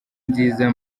nziza